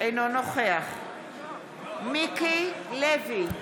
אינו נוכח מיקי לוי,